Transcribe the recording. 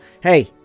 Hey